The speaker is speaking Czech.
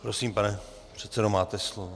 Prosím, pane předsedo, máte slovo.